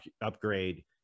upgrade